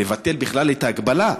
לבטל בכלל את ההגבלה,